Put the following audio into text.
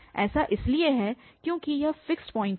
ऐसा इसलिए है क्योंकि यह फिक्स पॉइंट है